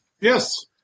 Yes